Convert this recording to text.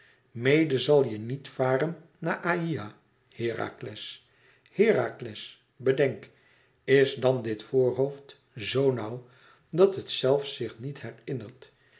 mede zal je nièt varen naar aïa herakles herakles bedenk is dan dit voorhoofd zoo nauw dat het zelfs zich niet herinnert